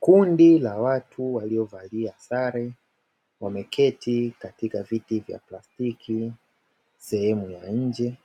Kundi la watu waliovalia sare wamekati katika viti vya plastiki sehemu ya nje,